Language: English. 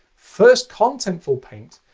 first contentful paint,